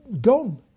gone